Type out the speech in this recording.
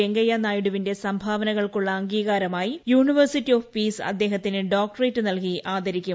വെങ്കയ്യനായിഡുവിന്റെ സ്ഫ്ട്ടാവനകൾക്കുള്ള അംഗീകാരമായി University of Peace അദ്ദേഹത്തിന് ഡോക്ടറേറ്റ് നൽകി ആദരിക്കും